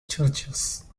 churches